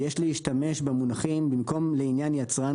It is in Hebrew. יש להשתמש במונחים: במקום "לעניין יצרן